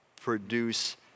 produce